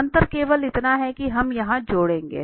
अंतर केवल इतना है कि हम यहाँ जोड़ेंगे